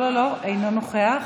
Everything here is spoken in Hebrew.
אינו נוכח.